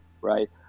right